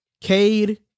Cade